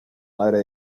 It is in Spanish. madre